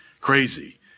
Crazy